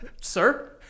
sir